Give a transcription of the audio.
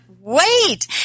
wait